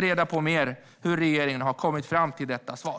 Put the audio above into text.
reda på lite mer om hur regeringen har kommit fram till detta svar.